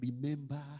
remember